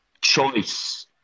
choice